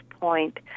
point